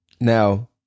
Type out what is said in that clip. Now